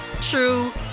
true